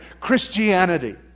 Christianity